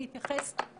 יפה מאוד.